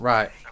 Right